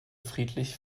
friedlich